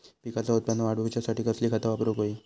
पिकाचा उत्पन वाढवूच्यासाठी कसली खता वापरूक होई?